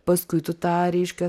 paskui tu tą reiškia